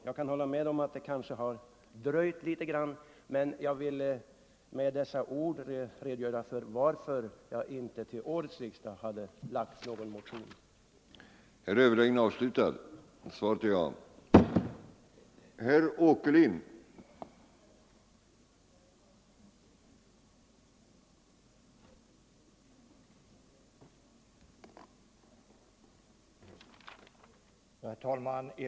Jag kan hålla med om att denna lagstiftning har dröjt, men med dessa ord har jag velat redogöra för skälen till att jag inte till årets riksdag lagt någon motion i frågan.